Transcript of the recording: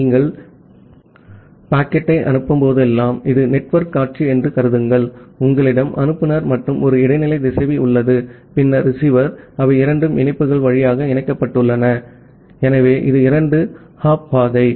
நீங்கள் பாக்கெட்டை அனுப்பும்போதெல்லாம் இது நெட்வொர்க் காட்சி என்று கருதுங்கள் உங்களிடம் அனுப்புநர் மற்றும் ஒரு இடைநிலை திசைவி உள்ளது பின்னர் ரிசீவர் அவை இரண்டு இணைப்புகள் வழியாக இணைக்கப்பட்டுள்ளன ஆகவே இது இரண்டு ஹாப் பாதை